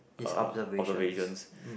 uh observations